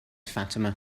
fatima